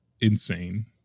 insane